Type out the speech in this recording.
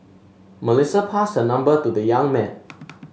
Melissa passed her number to the young man